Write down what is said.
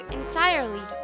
entirely